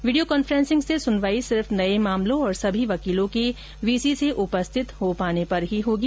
video conferencing से सुनवाई सिर्फ नए मामलों और सभी वकीलों के वीसी से उपस्थिति हो पाने पर ही होगी